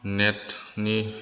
नेटनि